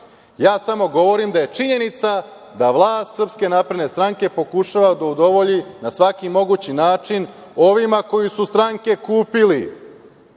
ja samo govorim da je činjenica da vlast Srpske napredne stranke pokušava da udovolji, na svaki mogući način ovima koji su stranke kupili